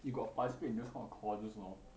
you got participate in these kind of course no